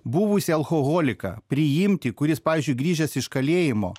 buvusį alkoholiką priimti kuris pavyzdžiui grįžęs iš kalėjimo